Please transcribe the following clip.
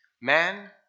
man